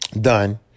done